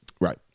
Right